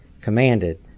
commanded